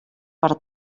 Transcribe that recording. per